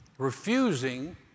refusing